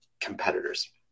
competitors